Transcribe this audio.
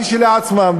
כשלעצמם,